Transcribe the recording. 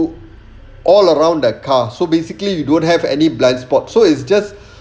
all around the car so basically you don't have any blind spot so it's just